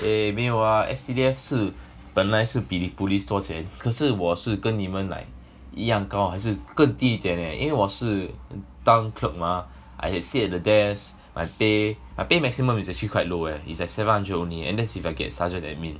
eh 没有 ah S_C_D_F 是本来是比 police 多一点可是我是跟你们 like 一样高还是更低一点 leh 因为我是当 clerk mah I sit at the desk my pay my pay maximum is actually quite low eh is seven hundred only and that's if I get sergeant admin